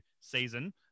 season